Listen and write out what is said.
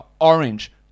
orange